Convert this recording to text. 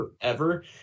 Forever